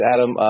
Adam